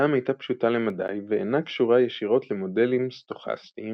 שיטתם הייתה פשוטה למדי ואינה קשורה ישירות למודלים סטוכסטיים,